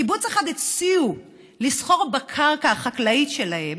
בקיבוץ אחד הציעו לסחור בקרקע החקלאית שלהם